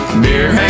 beer